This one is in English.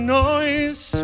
noise